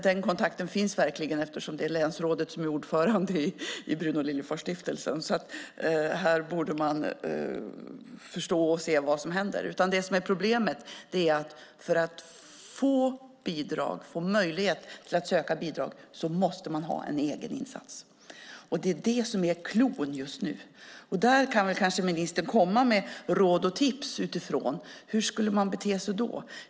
Den kontakten finns verkligen eftersom det är länsrådet som är ordförande i Bruno Liljefors-stiftelsen. Här borde man förstå och se vad som händer. Problemet är att för att ha möjlighet att söka bidrag måste man ha en egen insats. Det är det som är cloun just nu. Ministern kan kanske komma med råd och tips på hur man ska bete sig då.